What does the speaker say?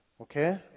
okay